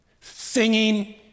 Singing